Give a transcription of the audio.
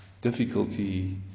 difficulty